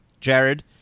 Jared